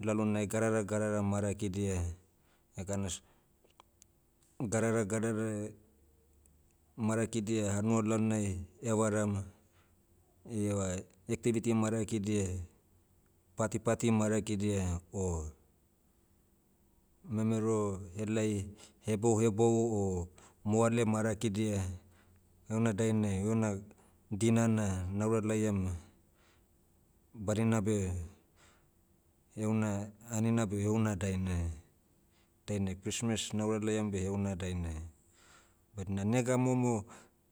Lalonai gadara gadara marakidia, ekana, s- gadara gadara, marakidia hanua lalonai, evaram, ieva activity marakidia, party party marakidia o, memero helai hebouhebou o, moale marakidia, heuna dainai euna dina na, naura laiam ma, badina beh, heuna anina beh heuna dainai. Dainai christmas naura laiam beh heuna dainai. Badina nega momo,